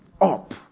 up